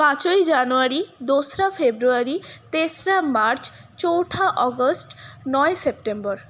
পাঁচই জানুয়ারি দোসরা ফেব্রুয়ারি তেসরা মার্চ চৌঠা অগস্ট নয় সেপ্টেম্বর